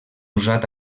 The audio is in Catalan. usat